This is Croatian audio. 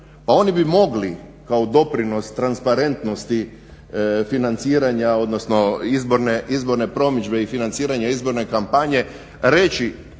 pa oni bi mogli kao doprinos transparentnosti financiranja odnosno izborne promidžbe i financiranja izborne kampanje reći